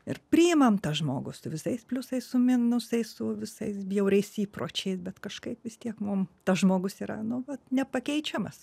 ir priimam tą žmogų su visais pliusais minusais su visais bjauriais įpročiais bet kažkaip vis tiek mum tas žmogus yra nu vat nepakeičiamas